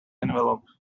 envelope